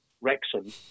Wrexham